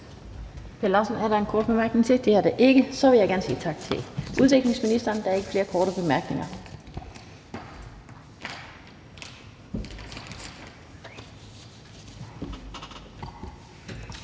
Er der en kort bemærkning til fra hr. Per Larsen? Det er der ikke. Så vil jeg gerne sige tak til udviklingsministeren. Der er ikke flere korte bemærkninger.